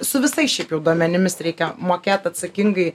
su visais šiaip jau duomenimis reikia mokėt atsakingai